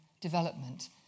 development